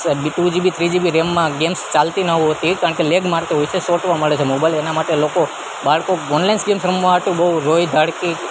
two GB three GB રેમમાં games ચાલતી ન હોતી કારણ કે લેગ મારતું હોય છે ચોંટવા મંડે છે મોબાઈલ એના માટે લોકો બાળકો ઓનલાઈન ગેમ્સ રમવા હાટુ બહુ રોઈ ધાળકી